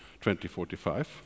2045